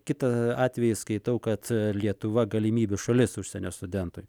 kitą atvejį skaitau kad lietuva galimybių šalis užsienio studentui